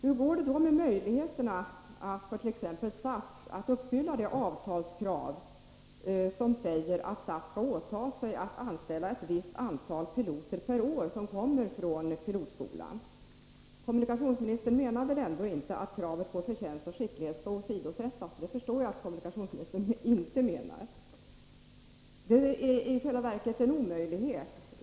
Hur går det då med möjligheterna för t.ex. SAS att uppfylla det avtalskrav som säger att SAS skall åta sig att anställa ett visst antal piloter per år som kommer från pilotskolan? Kommunikationsministern menar väl inte att kravet på förtjänst och skicklighet skall åsidosättas? Det förstår jag att kommunikationsministern inte menar. Detta krav är i själva verket en omöjlighet.